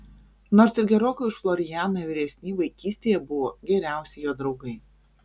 nors ir gerokai už florianą vyresni vaikystėje buvo geriausi jo draugai